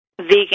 vegan